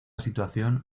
situación